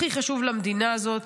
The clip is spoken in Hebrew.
הכי חשוב למדינה הזאת,